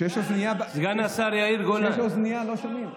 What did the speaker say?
כשיש אוזנייה לא שומעים.